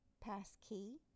Passkey